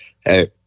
hey